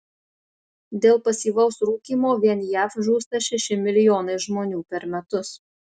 dėl pasyvaus rūkymo vien jav žūsta šeši milijonai žmonių per metus